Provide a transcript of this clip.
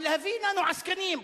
אבל להביא לנו עסקנים?